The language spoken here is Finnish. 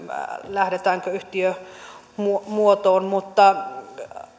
lähdetäänkö yhtiömuotoon mutta